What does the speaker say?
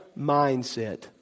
mindset